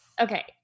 okay